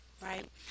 right